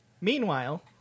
meanwhile